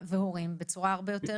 והורים, בצורה הרבה יותר טובה.